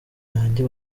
yanjye